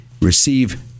receive